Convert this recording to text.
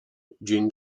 dzień